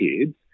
kids